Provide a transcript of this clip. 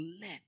let